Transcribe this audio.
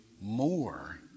more